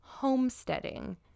homesteading